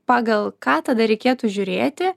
pagal ką tada reikėtų žiūrėti